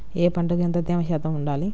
ఏ పంటకు ఎంత తేమ శాతం ఉండాలి?